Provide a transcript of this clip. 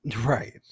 right